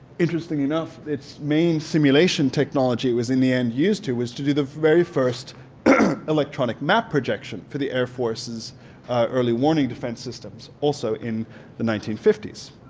interesting enough its main simulation technology was in the end used to do was to do the very first electronic map projection for the air force's early warning defense systems also in the nineteen fifty s.